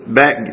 back